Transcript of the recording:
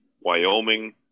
Wyoming